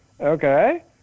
Okay